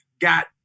got